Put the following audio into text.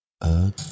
Again